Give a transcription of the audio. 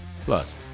Plus